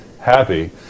happy